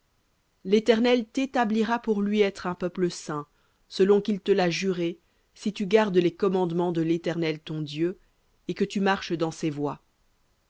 l'éternel t'établira pour lui être un peuple saint selon qu'il te l'a juré si tu gardes les commandements de l'éternel ton dieu et que tu marches dans ses voies